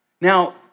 Now